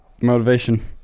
motivation